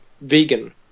vegan